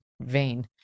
vain